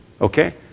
Okay